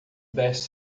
best